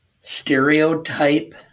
stereotype